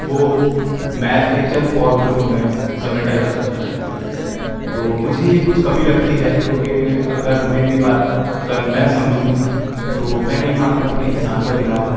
وہ میتھ کے چند فارمولوں میں سمیٹا جا سکتا ہے تو مجھے یہ کچھ کمی لگتی ہے کیونکہ اگر میری بات اگر میں سمجھوں تو میں نہیں مانتا کہ انسان کا دماغ